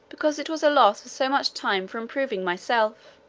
because it was a loss of so much time for improving myself